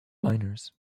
miners